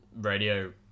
radio